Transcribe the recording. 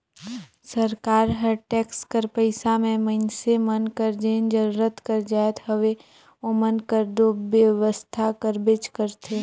सरकार हर टेक्स कर पइसा में मइनसे मन कर जेन जरूरत कर जाएत हवे ओमन कर दो बेवसथा करबेच करथे